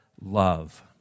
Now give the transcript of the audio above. love